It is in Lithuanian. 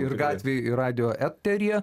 ir gatvėj ir radijo eteryje